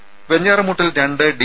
രുമ വെഞ്ഞാറമൂട്ടിൽ രണ്ട് ഡി